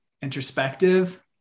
introspective